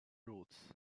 roots